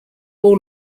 all